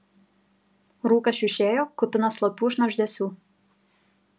rūkas šiušėjo kupinas slopių šnabždesių